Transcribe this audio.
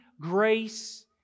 grace